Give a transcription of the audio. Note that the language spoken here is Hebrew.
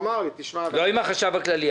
לא דיברתי עם החשב הכללי.